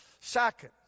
Second